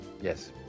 Yes